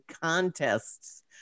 contests